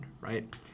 right